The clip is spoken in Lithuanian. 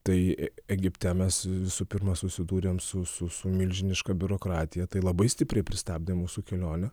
tai egipte mes visų pirma susidūrėm su su milžiniška biurokratija tai labai stipriai pristabdė mūsų kelionę